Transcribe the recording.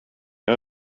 jag